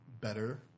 better